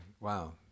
Wow